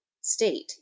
state